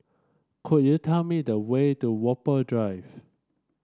could you tell me the way to Whampoa Drive